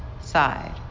side